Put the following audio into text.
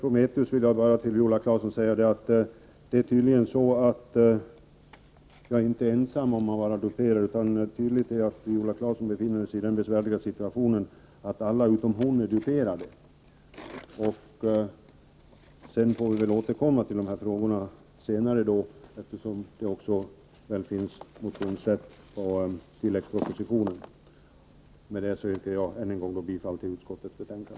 Herr talman! Till Viola Claesson vill jag säga att jag inte är ensam om att vara duperad. Tydligen befinner sig Viola Claesson i den besvärliga situationen att alla utom hon själv är duperade. Vi får väl återkomma till frågan senare, eftersom det också finns motionsrätt i anslutning till tilläggspropositionen. Med detta yrkar jag än en gång bifall till utskottets hemställan.